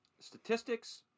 statistics